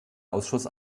ausschuss